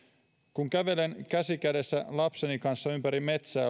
kun kävelen käsi kädessä lapseni kanssa ympäri metsää